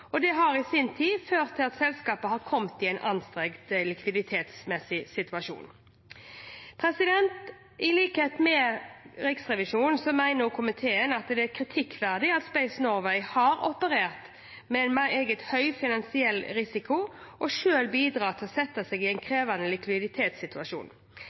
og det har i sin tid ført til at selskapet har kommet i en anstrengt likviditetssituasjon. I likhet med Riksrevisjonen mener komiteen at det er kritikkverdig at Space Norway har operert med en meget høy finansiell risiko og selv bidratt til å sette seg i en